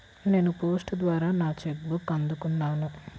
నేను పోస్ట్ ద్వారా నా చెక్ బుక్ని అందుకున్నాను